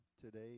today